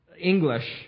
English